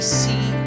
see